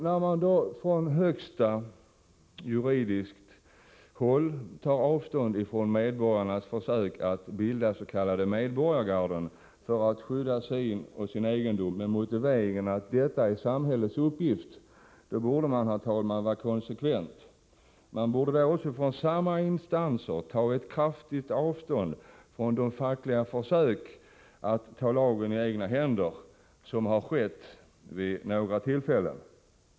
När man sedan från högsta juridiska håll tar avstånd från medborgarnas försök att bilda s.k. medborgargarden för att skydda sin egendom med motiveringen att detta är samhällets uppgift, borde man vara konsekvent och från samma instans ta klart avstånd från de fackliga försöken att, som skett vid några tillfällen, ta lagen i egna händer.